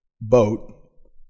boat